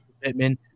Pittman